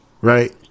right